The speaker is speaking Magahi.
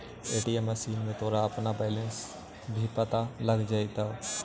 ए.टी.एम मशीन में तोरा अपना बैलन्स भी पता लग जाटतइ